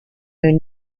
moon